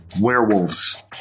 Werewolves